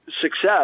success